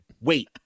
Wait